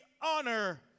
honor